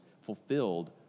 fulfilled